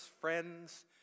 friends